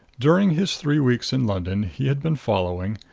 during his three weeks in london he had been following,